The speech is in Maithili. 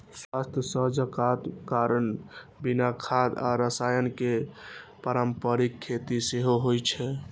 स्वास्थ्य सजगताक कारण बिना खाद आ रसायन के पारंपरिक खेती सेहो होइ छै